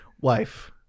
Wife